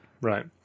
right